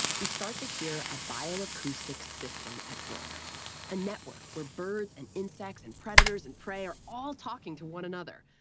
we start to hear a bioacoustic system at work a network where birds and insects and predators and prey are all talking to one another.